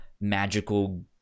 magical